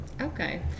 Okay